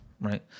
right